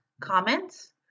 comments